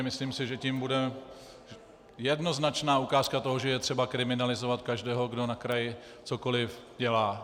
Myslím si, že to bude jednoznačná ukázka toho, že je třeba kriminalizovat každého, kdo na kraji cokoliv dělá.